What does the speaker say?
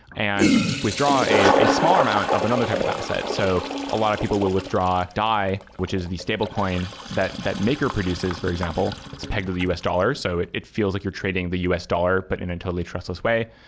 and withdraw a a small amount of another type of asset. so a lot of people will withdraw dai, which is the stablecoin that that maker produces, for example, is backed by the us dollar. so it it feels like you're trading the us dollar but in a totally trustless way,